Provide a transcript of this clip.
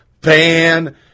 ban